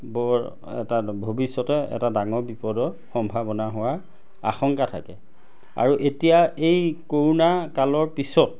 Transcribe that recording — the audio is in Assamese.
বৰ এটা ভৱিষ্যতে এটা ডাঙৰ বিপদৰ সম্ভাৱনা হোৱাৰ আশংকা থাকে আৰু এতিয়া এই কৰোণা কালৰ পিছত